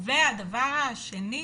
והדבר השני,